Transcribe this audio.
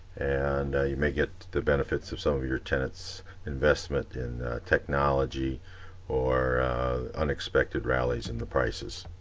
and you may get the benefits of some of your tenants investment in technology or unexpected rallies in the prices.